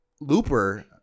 Looper